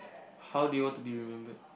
how do you want to be remembered